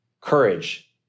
courage